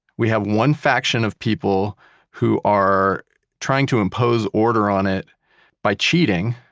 we have one faction of people who are trying to impose order on it by cheating,